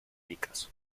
picasso